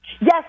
Yes